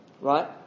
Right